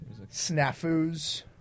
snafus